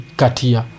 katia